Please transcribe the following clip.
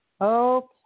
Okay